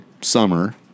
summer